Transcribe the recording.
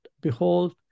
behold